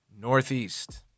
Northeast